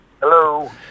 Hello